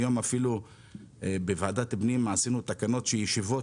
היום בוועדת הפנים עשינו תקנו שישיבות